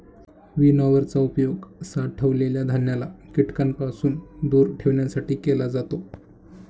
winnower चा उपयोग साठवलेल्या धान्याला कीटकांपासून दूर ठेवण्यासाठी केला जातो